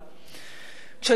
כשנכנסתי למשרד",